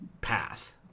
path